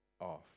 off